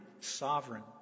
sovereign